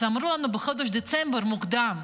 אז אמרו לנו בחודש דצמבר: מוקדם,